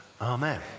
Amen